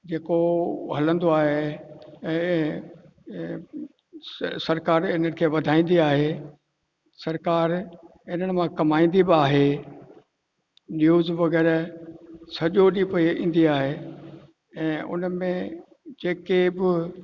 जेको हलंदो आहे ऐं ऐं सरकार इन्हनि खे वधाईंदी आहे सरकार इन्हनि मां कमाईंदी बि आहे न्यूज़ वग़ैरह सॼो ॾींहुं पई ईंदी आहे ऐं उन में जेके बि